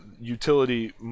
utility